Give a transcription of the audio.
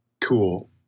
cool